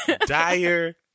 dire